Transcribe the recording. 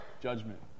Judgment